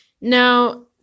Now